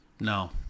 No